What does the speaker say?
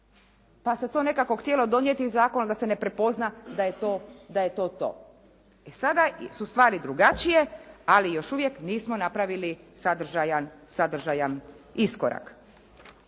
pa se to nekako htjelo donijeti zakon, a da se ne prepozna da je to to. I sada su stvari drugačije, ali još uvijek nismo napravili sadržajan iskorak.